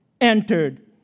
entered